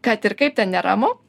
kad ir kaip ten neramu